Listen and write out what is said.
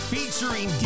featuring